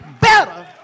better